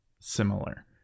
similar